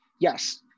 Yes